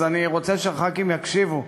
אז אני רוצה שהח"כים יקשיבו.